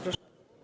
Proszę.